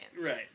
Right